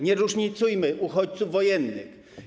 Nie różnicujmy uchodźców wojennych.